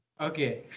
Okay